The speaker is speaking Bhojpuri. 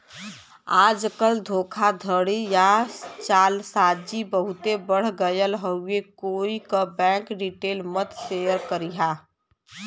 आजकल धोखाधड़ी या जालसाजी बहुते बढ़ गयल हउवे कोई क बैंक डिटेल मत शेयर करिहा